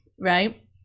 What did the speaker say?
right